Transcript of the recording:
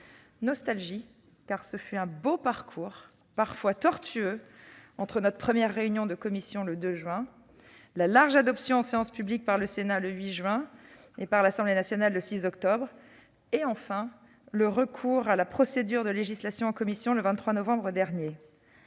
Nostalgie, car ce fut un beau parcours, parfois tortueux, entre notre première réunion de commission le 2 juin, la large adoption en séance publique par le Sénat le 8 juin et par l'Assemblée nationale le 6 octobre, et enfin le recours à la procédure de législation en commission le 23 novembre dernier.